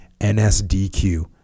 NSDQ